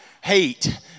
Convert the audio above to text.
hate